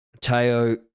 Teo